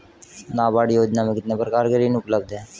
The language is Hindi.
नाबार्ड योजना में कितने प्रकार के ऋण उपलब्ध हैं?